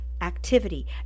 Activity